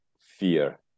fear